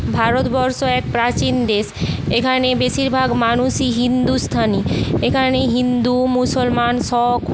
ভারতবর্ষ এক প্রাচীন দেশ এখানে বেশিরভাগ মানুষই হিন্দুস্থানি এখানে হিন্দু মুসলমান শক